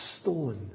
stone